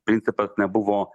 principas nebuvo